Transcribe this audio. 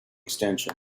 extension